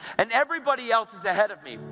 and everybody else is ahead of me,